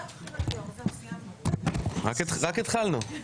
רק התחלנו.